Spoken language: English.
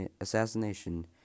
assassination